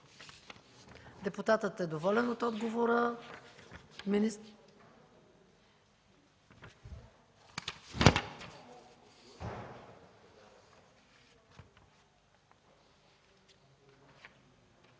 депутатът е доволен от отговора.